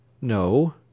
No